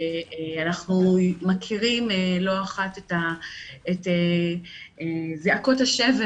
ואנחנו מכירים לא אחת את זעקות השבר,